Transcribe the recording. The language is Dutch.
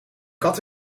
kat